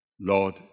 Lord